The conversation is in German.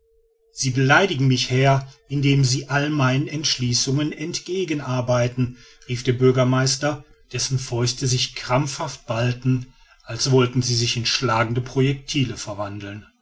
sie beleidigen mich herr indem sie allen meinen entschließungen entgegen arbeiten rief der bürgermeister dessen fäuste sich krampfhaft ballten als wollten sie sich in schlagende projectile verwandeln